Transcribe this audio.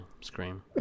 scream